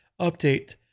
update